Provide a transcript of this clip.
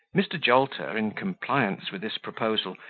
mr. jolter, in compliance with his proposal,